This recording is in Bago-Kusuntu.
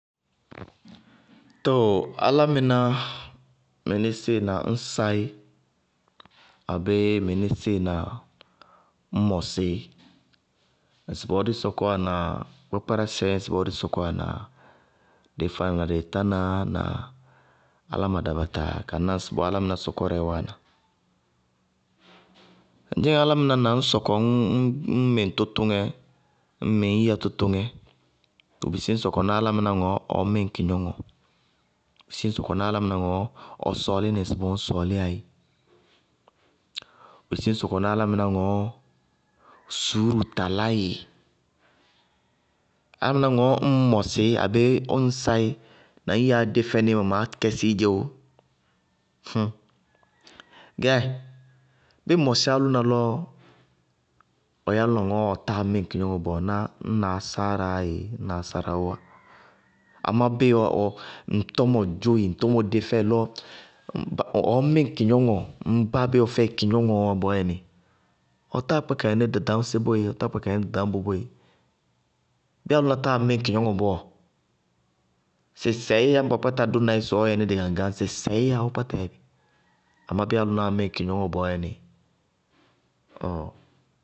Too, álámɩná, mɩnísíɩ na ñ saí abéé mɩnísíɩ na ñ mɔsɩí, ŋsɩbɔɔ dáá sɔkɔwá na kpákpárásɛ, ŋsɩbɔɔ dáá sɔkɔwá na dɩɩ fána na dɩɩ tána na áláma dabataa ka ná ŋsɩbɔɔ álámɩná sɔkɔrɛɛ wáana. Ŋ dzɩñŋ álámɩná na ñ mɩ ɖ tʋtʋŋɛ ñ mɩ áyiya tɔtʋŋɛ, bʋ bisí ñ sɔkɔná álámɩná ŋɔɔ ɔɔ ŋí ŋ kɩgnɔŋɔ. Bʋ bisí ñ sɔkɔná álámɩná ŋɔɔ ɔ sɔɔlínɩ ŋsɩbɔɔ ñ sɔɔlíyá í, bʋ bisí sɔkɔná álámɩná ŋɔɔ suúru talá ɩ. Álámɩná ŋɔɔ ñŋ mɔsɩí abéé ññ saíí na ŋñyíyaá dé fɛnɩí mawɛ maá kɛsíí dzɛ ooo. gɛ, bíɩ ŋ mɔsí álʋna lɔ ɔ yɛ álʋna ŋɔɔ ɔtáa mí ŋ kɩgnɔŋɔ bɔɔ, ñna asáára yá ééé, ñna ásáráwʋʋ wá. Amá bíɩ ŋ tɔmɔ dzʋ ɩ, ŋ tɔmɔ dé fɛɩ lɔ ɔɔ mí ɖ kɩgnɔŋɔ, ŋ báa bé wɛ fɛɩ kɩgnɔŋɔ bɔɔyɛnɩ, ɔtáa kpá ka yɛní ɖaɖasɛ bɔéé ɔtáa kpá ka yɛní ɖaɖañbɔ boéé. Bíɩ álʋna táa mí ɖ kɩgnɔŋɔ bɔɔ, sɩsɛɩí yá ñŋ ba kpáta dʋna í sɩ ɔ yɛní dɩgaŋgáñ, sɩsɛɩí yá, ɔɔ kpáta yɛbí. Amá bíɩ alʋnaá mí ɖ kɩgnɔŋɔ bɔɔyɛnɩ.